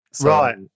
right